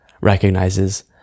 recognizes